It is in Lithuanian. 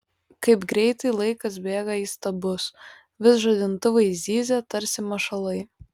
kaip greitai laikas bėga įstabus vis žadintuvai zyzia tarsi mašalai